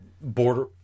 border